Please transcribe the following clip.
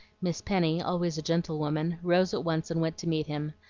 miss penny, always a gentlewoman, rose at once and went to meet him,